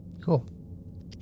Cool